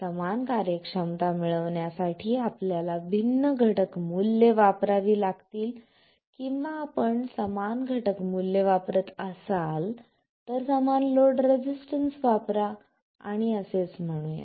समान कार्यक्षमता मिळविण्यासाठी आपल्याला भिन्न घटक मूल्ये वापरावी लागतील किंवा आपण समान घटक मूल्ये वापरत असाल तर समान लोड रेसिस्टन्स वापरा आणि असेच म्हणूया